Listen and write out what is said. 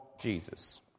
Jesus